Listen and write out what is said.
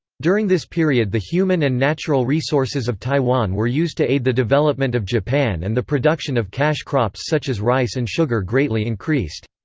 during this period the human and natural resources of taiwan were used to aid the development of japan and the production of cash crops such as rice and sugar greatly increased.